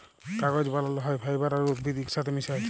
কাগজ বালাল হ্যয় ফাইবার আর উদ্ভিদ ইকসাথে মিশায়